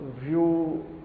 view